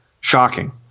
shocking